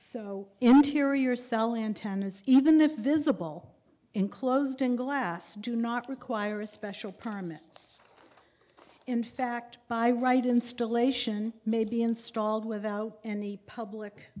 so interior cell antennas even if visible enclosed in glass do not require a special permit in fact by right installation may be installed without any